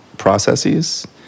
processes